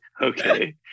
Okay